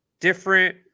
different